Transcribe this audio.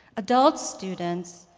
adult students,